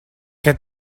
què